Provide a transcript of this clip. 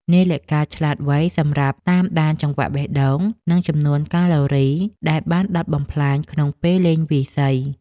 នាឡិកាឆ្លាតវៃ សម្រាប់តាមដានចង្វាក់បេះដូង និងចំនួនកាឡូរីដែលបានដុតបំផ្លាញក្នុងពេលលេងវាយសី។